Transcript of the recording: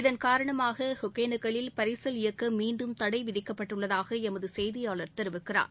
இதன் காரணமாக ஒகேனக்கல்லில் பரிசல் இயக்க மீன்டும் தடை விதிக்கப்பட்டுள்ளதாக எமது செய்தியாளர் தெரிவிக்கிறார்